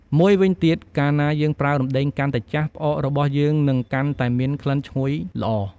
មួយវិញទៀត កាលណាយើងប្រើរំដេងកាន់តែចាស់ ផ្អករបស់យើងនឹងកាន់តែមានក្លិនឈ្ងុយល្អ។